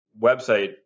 website